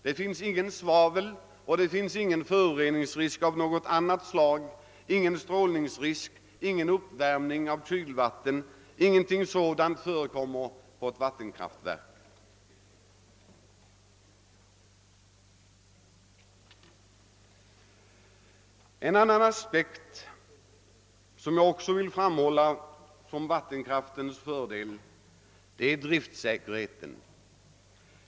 Det finns inget svavel och ingen föroreningsrisk av annat slag, ingen strålningsrisk, ingen uppvärmning av kylvatten, ingenting sådant förekommer vid ett vattenkraftverk. En annan aspekt, som jag också vill framhålla som en vattenkraftens fördel, är driftsäkerheten.